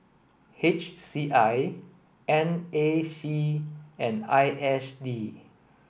H C I N A C and I S D